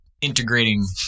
integrating